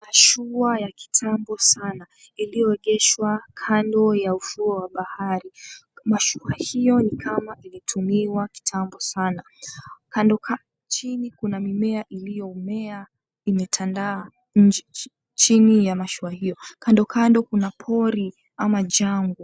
Mashua ya kitambo sana iliyoegeshwa kando ya ufuo wa bahari. Mashua hiyo ni kama ilitumiwa kitambo sana. Kandokando, chini kuna mimea iliyomea imetandaa nje chini ya mashua hiyo. Kandokando kuna pori ama jangwa.